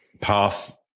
path